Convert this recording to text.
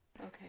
Okay